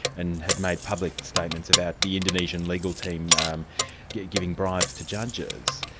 and had made public statements about the indonesian legal team um yeah giving bribes to judges.